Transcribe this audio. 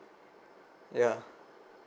ya